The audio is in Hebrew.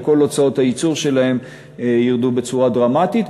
וכל הוצאות הייצור שלהם יֵרדו בצורה דרמטית,